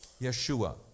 Yeshua